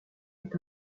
est